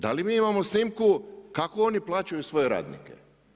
Da li mi imamo snimku kako oni plaćaju svoje radnike?